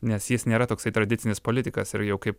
nes jis nėra toksai tradicinis politikas ir jau kaip